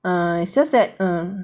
uh it's just that uh